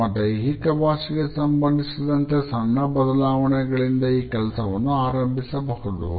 ನಮ್ಮ ದೈಹಿಕ ಭಾಷೆಗೆ ಸಂಬಂಧಿಸಿದಂತೆ ಸಣ್ಣ ಬದಲಾವಣೆಗಳಿಂದ ಈ ಕೆಲಸವನ್ನು ಆರಂಭಿಸಬಹುದು